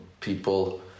people